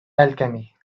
alchemy